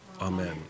Amen